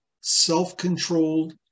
self-controlled